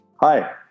Hi